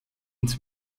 ins